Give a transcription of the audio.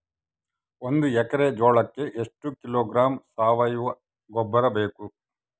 ಒಂದು ಎಕ್ಕರೆ ಜೋಳಕ್ಕೆ ಎಷ್ಟು ಕಿಲೋಗ್ರಾಂ ಸಾವಯುವ ಗೊಬ್ಬರ ಬೇಕು?